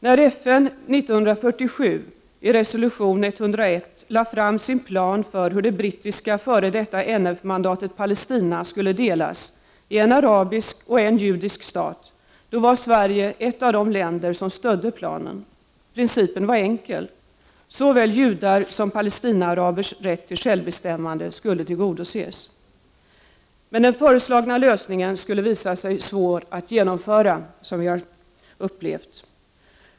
När FN 1947 i resolution 181 lade fram sin plan för hur det brittiska f.d. NF-mandatet Palestina skulle delas i en arabisk och en judisk stat var Sverige ett av de länder som stödde planen. Principen var enkel: såväl judars som palestinaarabers rätt till självbestämmande skulle tillgodoses. Men den föreslagna lösningen skulle visa sig svår att genomföra, som vi har upplevt.